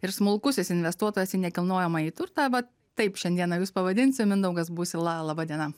ir smulkusis investuotojas į nekilnojamąjį turtą vat taip šiandieną jus pavadinsiu mindaugas busila laba diena